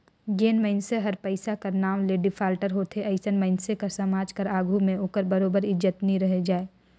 जेन मइनसे हर पइसा कर नांव ले डिफाल्टर होथे अइसन मइनसे कर समाज कर आघु में ओकर बरोबेर इज्जत नी रहि जाए